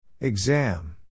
Exam